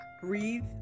breathe